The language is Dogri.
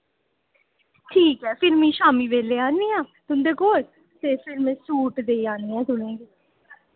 ठीक ऐ फिर मि शाम्मी वेल्ले आनी आं तुंदे कोल ते फिर मैं सूट देई आनियां तुसें गी